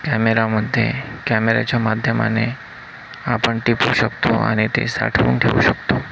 कॅमेरामध्ये कॅमेऱ्याच्या माध्यमाने आपण टिपू शकतो आणि ते साठवून ठेऊ शकतो